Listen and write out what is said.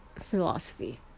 philosophy